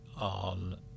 on